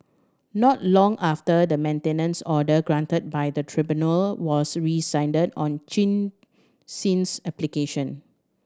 not long after the maintenance order granted by the tribunal was rescinded on Chin Sin's application